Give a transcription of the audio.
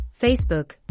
Facebook